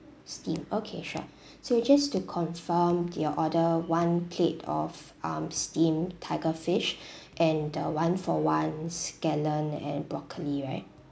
steam okay sure so it's just to confirm your order one plate of um steam tiger fish and the one for one scallion and broccoli right